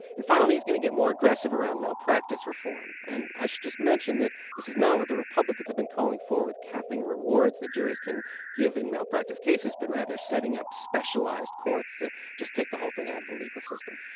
and finally, he's going to get more aggressive around malpractice reform. and i should just mention that this is not what the republicans have been calling for, with capping rewards the juries can give in malpractice cases, but rather setting up specialized courts to just take the whole thing out of the legal system.